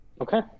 okay